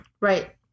Right